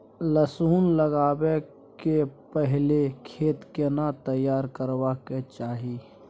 लहसुन लगाबै के पहिले खेत केना तैयार करबा के चाही?